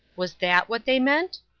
was that what they meant?